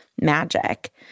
magic